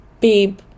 babe